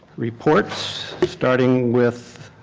reports starting with